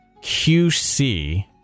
QC